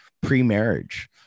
pre-marriage